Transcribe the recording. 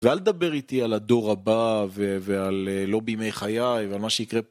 ואל תדבר איתי על הדור הבא ועל "לא בימי חיי", ועל מה שיקרה.